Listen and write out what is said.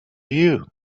you